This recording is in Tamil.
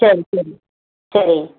சரி சரி சரி